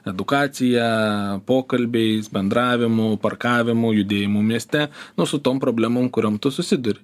edukacija pokalbiais bendravimu parkavimu judėjimu mieste nu su tom problemom kuriom tu susiduri